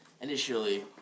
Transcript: initially